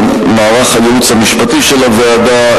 למערך הייעוץ המשפטי של הוועדה,